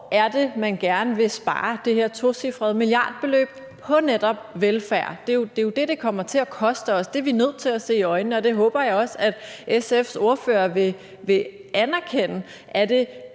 hvor er det, man gerne vil spare det her tocifrede milliardbeløb på netop velfærd? Det er jo det, det kommer til at koste os; det er vi nødt til at se i øjnene, og det håber jeg også at SF's ordfører vil anerkende.